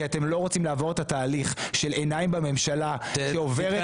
אתם לא רוצים לעבור את התהליך של עיניים בממשלה --- תיכנס